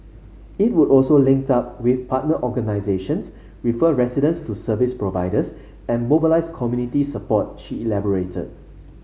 it would also link up with partner organisations refer residents to service providers and mobilise community support she elaborated